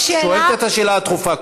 את שואלת את השאלה הדחופה,